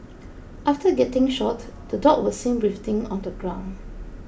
after getting shot the dog was seen writhing on the ground